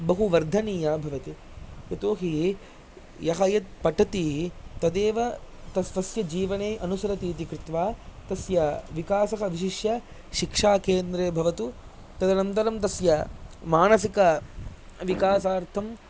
बहुवर्धनीया भवति यतोहि यः यत् पठति तदेव त तस्य जीवने अनुसरति इति कृत्वा तस्य विकासः विशिष्य शिक्षाकेन्द्रे भवतु तदनन्तरं तस्य मानसिकविकासार्थं